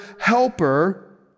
helper